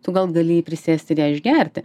tu gal gali prisėsti išgerti